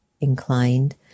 inclined